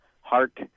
heart